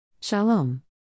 Shalom